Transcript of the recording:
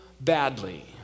badly